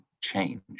change